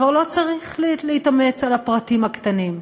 כבר לא צריך להתאמץ על הפרטים הקטנים,